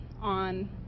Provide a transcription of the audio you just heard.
on